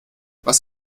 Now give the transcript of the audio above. was